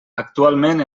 actualment